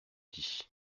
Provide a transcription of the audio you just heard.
dit